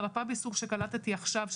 מרפאה בעיסוק שקלטתי עכשיו,